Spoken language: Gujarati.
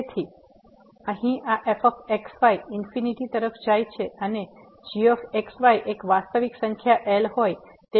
તેથી અહીં આfx y ઇન્ફીનીટી તરફ જાય છે અને gx y એક વાસ્તવિક સંખ્યા L હોય તે કીસ્સામાં લીમીટ 0 થશે